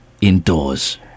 indoors